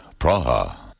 Praha